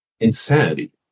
Insanity